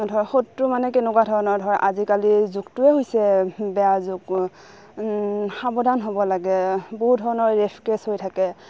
ধৰক শত্ৰু মানে কেনেকুৱা ধৰণৰ ধৰ আজিকালি যুগটোৱে হৈছে বেয়া যুগ সাৱধান হ'ব লাগে বহু ধৰণৰ ৰেপ কেছ হৈ থাকে